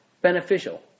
beneficial